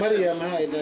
מחזור 75,000 שקל.